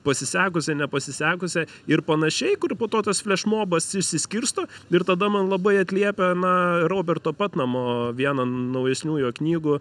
pasisekusią nepasisekusią ir panašiai kur po to tas flešmobas išsiskirsto ir tada man labai atliepia na roberto patnamo viena naujesnių jo knygų